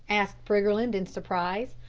asked briggerland in surprise.